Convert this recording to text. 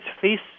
face